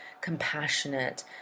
compassionate